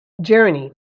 journey